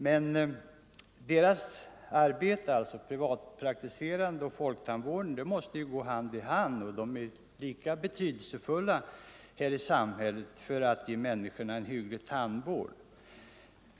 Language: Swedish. Men arbetsinsatserna från de privatpraktiserande och inom folktandvården måste ju gå hand i hand och är lika betydelsefulla för att ge människorna i vårt samhälle en hygglig tandvård.